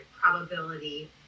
Probability